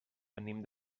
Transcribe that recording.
venim